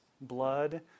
blood